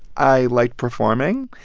i like performing.